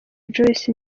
joyce